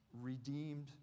redeemed